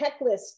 checklist